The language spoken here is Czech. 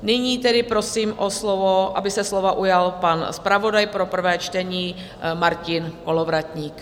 Nyní tedy prosím o slovo, aby se slova ujal pan zpravodaj pro prvé čtení Martin Kolovratník.